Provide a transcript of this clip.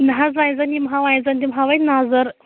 نا حظ وۅنۍ زَن یِمہٕ ہاو وۅنۍ زَن دِمہٕ ہاو اَتہِ نظر